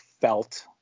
felt